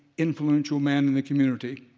influential man in the community,